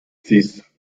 six